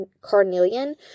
carnelian